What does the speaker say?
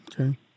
Okay